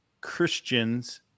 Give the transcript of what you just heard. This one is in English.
Christians